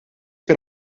per